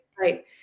right